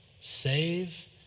save